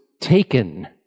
taken